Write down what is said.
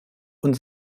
und